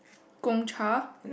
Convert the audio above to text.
Gong-Cha